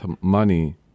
money